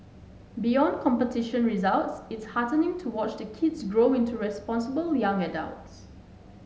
beyond competition results it is heartening to watch the kids grow into responsible young adults